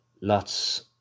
lots